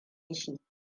shi